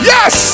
Yes